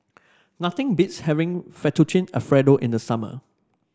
nothing beats having Fettuccine Alfredo in the summer